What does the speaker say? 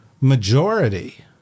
majority